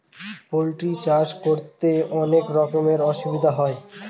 poultry চাষ করতে অনেক রকমের অসুবিধা হয়